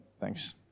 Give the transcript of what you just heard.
Thanks